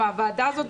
מהוועדה הזאת.